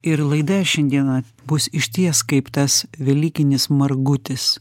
ir laida šiandieną bus išties kaip tas velykinis margutis